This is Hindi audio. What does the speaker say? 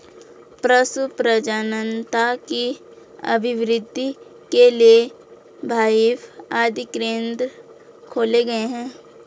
पशु प्रजननता की अभिवृद्धि के लिए बाएफ आदि केंद्र खोले गए हैं